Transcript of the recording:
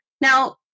now